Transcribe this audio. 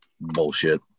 bullshit